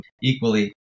equally